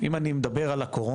אם אני מדבר על הקורונה,